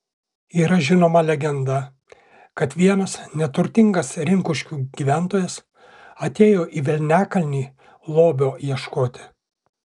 yra žinoma legenda kad vienas neturtingas rinkuškių gyventojas atėjo į velniakalnį lobio ieškoti